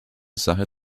sache